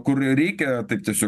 kur reikia taip tiesiog